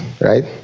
right